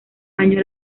año